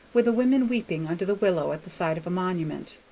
with the woman weeping under the willow at the side of a monument.